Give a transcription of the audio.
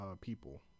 people